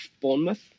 Bournemouth